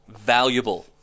valuable